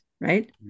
right